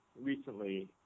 recently